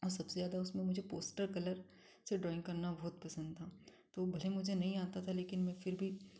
और सबसे ज्यादा उसमें मुझे पोस्टर कलर से ड्राइंग करना बहुत पसन्द था तो भले मुझे नहीं आता था लेकिन मैं फिर भी